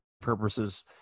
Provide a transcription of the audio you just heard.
purposes